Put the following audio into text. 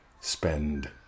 Spend